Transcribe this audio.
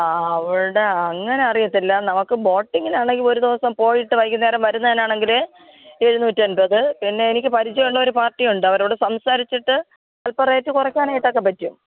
ആ അ അവിടെ അങ്ങനെ അറിയത്തില്ല നമുക്ക് ബോട്ടിങ്ങിനാണെങ്കില് ഒരു ദിവസം പോയിട്ട് വൈകുന്നേരം വരുന്നതിനാണെങ്കില് എഴുനൂറ്റി അൻപത് പിന്നെ എനിക്ക് പരിചയമുള്ള ഒരു പാർട്ടി ഉണ്ട് അവരോട് സംസാരിച്ചിട്ട് അൽപ്പം റേറ്റ് കുറയ്ക്കാനായിട്ടൊക്കെ പറ്റും